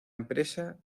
empresa